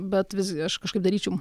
bet visgi aš kažkaip daryčiau